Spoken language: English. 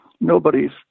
Nobody's